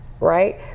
right